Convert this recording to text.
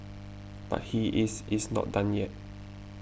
but he is is not done yet